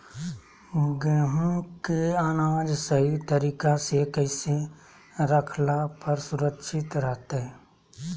गेहूं के अनाज सही तरीका से कैसे रखला पर सुरक्षित रहतय?